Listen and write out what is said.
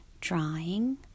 drawing